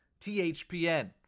thpn